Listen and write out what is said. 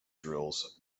drills